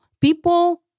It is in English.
People